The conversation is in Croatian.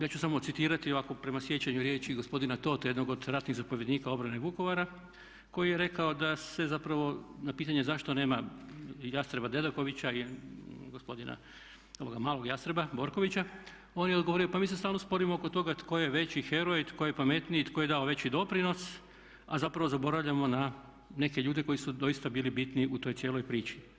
Ja ću samo citirati ovako prema sjećanju riječi gospodina Totha jednog od ratnih zapovjednika obrane Vukovara koji je rekao da se zapravo na pitanje zašto nema "jastreba" Dedakovića i gospodina malog "jastreba" Borkovića on je odgovorio pa mi se stalno sporimo oko toga tko je veći heroj, tko je pametniji, tko je dao veći doprinos a zapravo zaboravljamo na neke ljude koji su doista bili bitni u toj cijeloj priči.